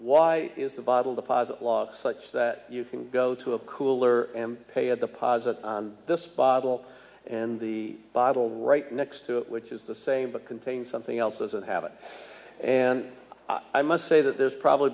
why is the bottle deposit law such that you can go to a cooler and pay at the posit this bottle and the bottle right next to it which is the same but contains something else doesn't have it and i must say that there's probably